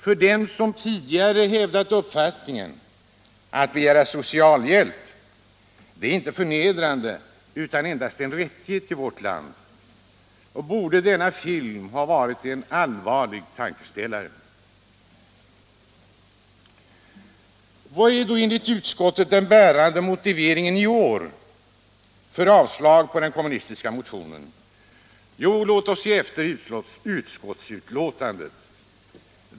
För dem som tidigare hävdat uppfattningen att det inte är förnedrande att begära socialhjälp utan endast en rättighet i vårt land borde denna film ha varit en allvarlig tankeställare. Vad är då enligt utskottet den bärande motiveringen i år för avslag på den kommunistiska motionen? Låt oss se efter i utskottsbetänkandet.